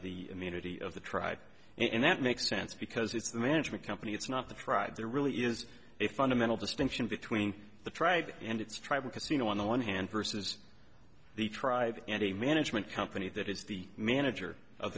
the unity of the tribe and that makes sense because it's a management company it's not the tribe there really is a fundamental distinction between the tribe and its tribal casino on the one hand versus the tribe and a management company that it's the manager of